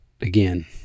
again